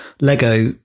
Lego